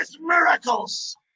miracles